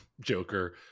Joker